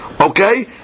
Okay